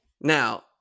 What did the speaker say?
Now